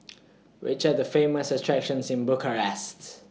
Which Are The Famous attractions in Bucharest